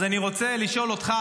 אז אני רוצה לשאול אותך,